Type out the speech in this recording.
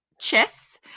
chess